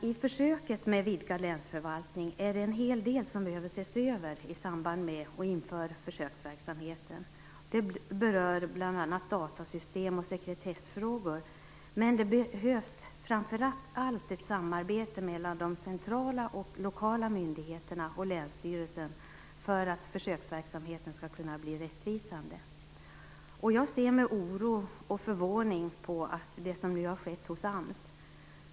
I försöket med vidgad länsförvaltning är det en hel del som behöver ses över i samband med och inför försöksverksamheten. Det gäller bl.a. datasystem och sekretessfrågor. Men det behövs framför allt ett samarbete mellan de centrala och lokala myndigheterna och länsstyrelsen för att försöksverksamheten skall kunna bli rättvisande. Jag ser med oro och förvåning på det som nu har skett hos AMS.